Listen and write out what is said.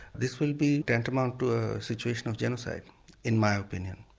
this will be tantamount to a situation of genocide in my opinion.